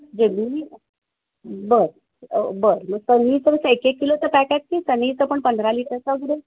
Gemini बर बर मग सनीचं एक एक किलोचं पॅक आहेत की सनीचं पण पंधरा लिटरचा